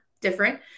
different